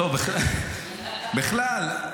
בכלל,